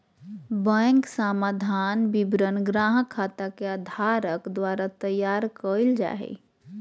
bank समाधान विवरण ग्राहक खाता के धारक द्वारा तैयार कइल जा हइ